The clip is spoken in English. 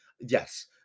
Yes